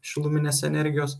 šiluminės energijos